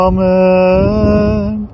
Amen